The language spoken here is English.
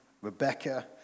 rebecca